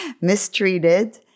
mistreated